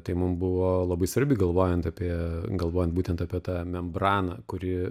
tai mum buvo labai svarbi galvojant apie galvojant būtent apie tą membraną kuri